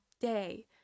day